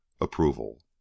approval